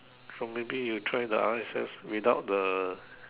so maybe you try the R_X_S without the